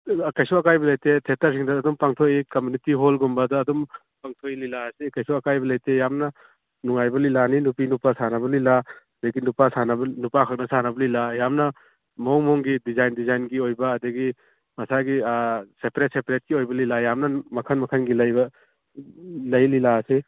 ꯀꯩꯁꯨ ꯑꯀꯥꯏꯕ ꯂꯩꯇꯦ ꯊꯦꯇꯔꯁꯤꯡꯗ ꯑꯗꯨꯝ ꯄꯥꯡꯊꯣꯛꯏ ꯀꯃꯨꯅꯤꯇꯤ ꯍꯣꯜꯒꯨꯝꯕꯗ ꯑꯗꯨꯝ ꯄꯥꯡꯊꯣꯛꯏ ꯂꯤꯂꯥ ꯑꯁꯤ ꯀꯩꯁꯨ ꯑꯀꯥꯏꯕ ꯂꯩꯇꯦ ꯌꯥꯝꯅ ꯅꯨꯡꯉꯥꯏꯕ ꯂꯤꯂꯥꯅꯤ ꯅꯨꯄꯤ ꯅꯨꯄꯥ ꯁꯥꯟꯅꯕ ꯂꯤꯂꯥ ꯑꯗꯒꯤ ꯅꯨꯄꯥ ꯁꯥꯟꯅꯕ ꯅꯨꯄꯥꯈꯛꯅ ꯁꯥꯟꯅꯕ ꯂꯤꯂꯥ ꯌꯥꯝꯅ ꯃꯑꯣꯡ ꯃꯑꯣꯡꯒꯤ ꯗꯤꯖꯥꯏꯟ ꯗꯤꯖꯥꯏꯟꯒꯤ ꯑꯣꯏꯕ ꯑꯗꯒꯤ ꯃꯁꯥꯒꯤ ꯁꯦꯄꯔꯦꯠ ꯁꯦꯄꯥꯔꯦꯠꯀꯤ ꯑꯣꯏꯕ ꯂꯤꯂꯥ ꯌꯥꯝꯅ ꯃꯈꯟ ꯃꯈꯟꯒꯤ ꯂꯩꯕ ꯂꯩ ꯂꯤꯂꯥ ꯑꯁꯤ